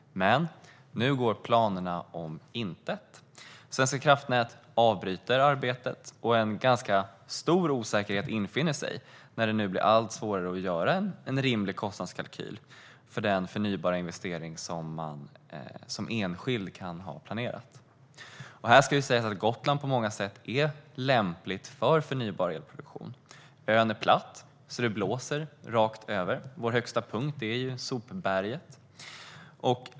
Men nu går planerna om intet. Svenska kraftnät avbryter arbetet, och en ganska stor osäkerhet infinner sig när det nu blir allt svårare att göra en rimlig kostnadskalkyl för den förnybara investering man som enskild planerar. Här ska sägas att Gotland på många sätt är lämpligt för förnybar elproduktion. Ön är platt, så det blåser rakt över. Vår högsta punkt är sopberget.